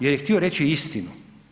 Jer je htio reći istinu.